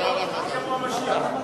כשיבוא המשיח.